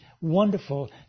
wonderful